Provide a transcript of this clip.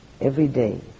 everyday